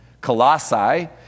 Colossae